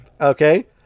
Okay